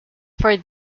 for